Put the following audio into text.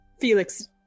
Felix